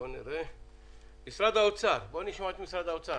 נשמע את משרד האוצר,